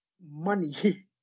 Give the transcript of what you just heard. money